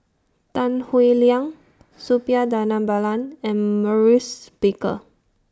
Tan Howe Liang Suppiah Dhanabalan and Maurice Baker